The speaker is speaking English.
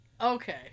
okay